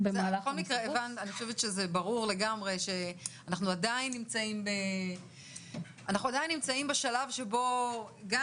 בכל מקרה אני חושבת שזה ברור לגמרי שאנחנו עדיין נמצאים בשלב שבו גם